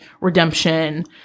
redemption